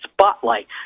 spotlight